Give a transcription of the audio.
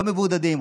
לא מבודדים,